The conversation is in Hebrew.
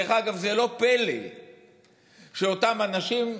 דרך אגב, זה לא פלא שאותם אנשים,